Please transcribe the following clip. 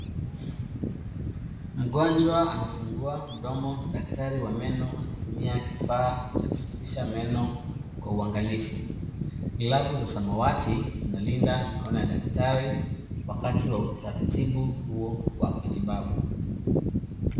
Mgonjwa amefungua mdomo na daktari wa meno anatumia kifaa cha kusafisha meno kwa uangalifu. Glavu za samawati zinalinda mkono wa daktari wakati wa utaratibu huo wa kitibabu.